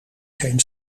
geen